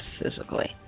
physically